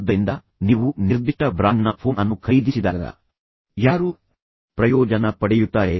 ಆದ್ದರಿಂದ ನೀವು ನಿರ್ದಿಷ್ಟ ಬ್ರಾಂಡ್ನ ಫೋನ್ ಅನ್ನು ಖರೀದಿಸಿದಾಗ ಯಾರು ಪ್ರಯೋಜನ ಪಡೆಯುತ್ತಾರೆ